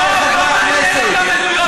עמיתי חברי הכנסת,